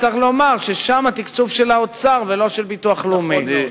צריך לומר ששם התקצוב הוא של האוצר ולא של ביטוח לאומי.